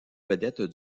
vedette